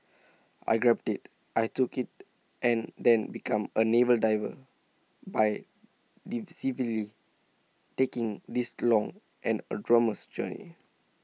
I grabbed IT I took IT and then become A naval diver by taking this long and arduous journey